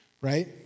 right